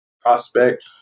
prospect